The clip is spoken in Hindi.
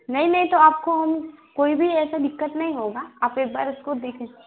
नहीं नहीं तो आपको हम कोई भी ऐसा दिक्कत नहीं होगा आप एक बार उसको देखें